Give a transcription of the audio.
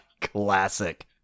Classic